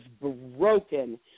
broken